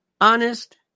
honest